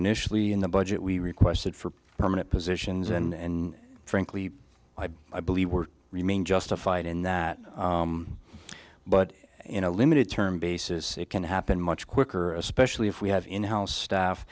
initially in the budget we requested for permanent positions and frankly i believe we're remain justified in that but in a limited term basis it can happen much quicker especially if we have in house staff